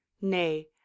Nay